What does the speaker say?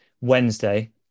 wednesday